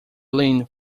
leaned